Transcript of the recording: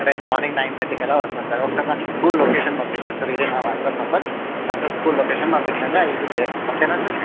రేపు morning nine thirty కల వస్తాను సార్ ఒక్కసారి స్కూల్ లొకేషన్ పంపించండి సార్ ఇదే నా వాట్సాప్ నంబర్ నాకు స్కూల్ లొకేషన్ పంపించండి ఐ విల్ బి దేర్ ఓకేనా సార్